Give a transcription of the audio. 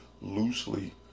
loosely